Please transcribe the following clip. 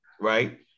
right